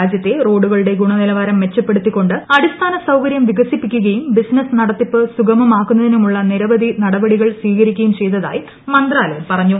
രാജ്യത്തെ റോഡുകളുടെ ഗുണനിലവാരം മെച്ചപ്പെടുത്തികൊണ്ട് അടിസ്ഥാനസൌകര്യം വികസിപ്പിക്കുകയും ബിസിനസ് നടത്തിപ്പ് സുഗമമാക്കുന്നതിനുമുള്ള നിരവധി നടപടികൾ സ്വീകരിക്കുകയും ചെയ്തതായി മന്ത്രാലയം പറഞ്ഞു